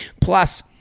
Plus